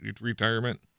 retirement